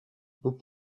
vous